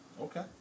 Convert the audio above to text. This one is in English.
Okay